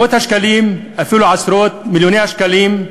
מאות-מיליוני השקלים,